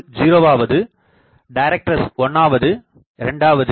0 வாவது டைரக்டர்ஸ் 1 வது 2வது